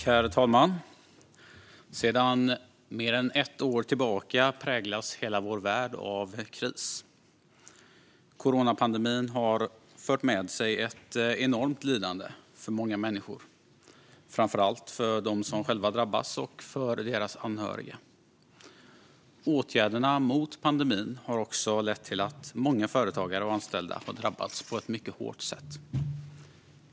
Herr talman! Sedan mer än ett år tillbaka präglas hela vår värld av kris. Coronapandemin har fört med sig ett enormt lidande för många människor, framför allt för dem som själva har drabbats och för deras anhöriga. Åtgärderna mot pandemin har också lett till att många företagare och anställda har drabbats på ett mycket hårt sätt.